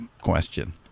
question